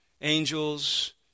Angels